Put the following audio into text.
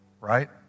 Right